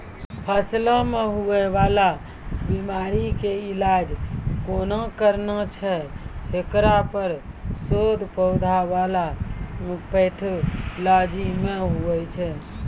फसलो मे हुवै वाला बीमारी के इलाज कोना करना छै हेकरो पर शोध पौधा बला पैथोलॉजी मे हुवे छै